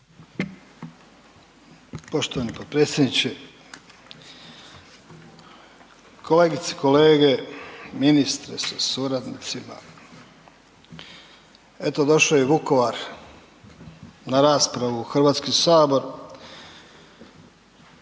Poštovani potpredsjedniče. Kolegice i kolege, ministre sa suradnicima. Eto došao je i Vukovar na raspravu u Hrvatski sabor,